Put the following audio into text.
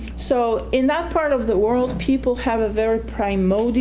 so in that part of the world, people have a very primal